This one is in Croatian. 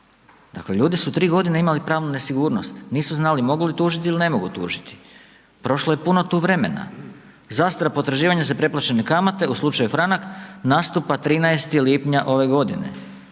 Dakle ljudi su 3 godine imali pravnu nesigurnost, nisu znali mogu li tužiti ili ne mogu tu tužiti, prošlo je puno tu vremena, zastara potraživanja za preplaćene kamate, u slučaju franak, nastupa 13. lipnja ove godine.